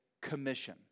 Commission